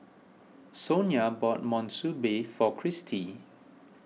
Sonja bought Monsunabe for Kristie